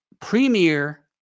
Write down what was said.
Premier